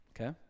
Okay